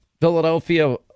Philadelphia